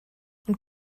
und